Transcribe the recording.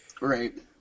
Right